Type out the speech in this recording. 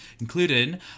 including